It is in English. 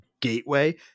gateway